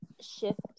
shift